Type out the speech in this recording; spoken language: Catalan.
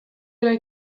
una